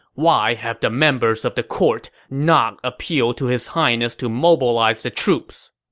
why have the members of the court not appealed to his highness to mobilize the troops?